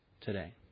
today